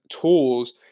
tools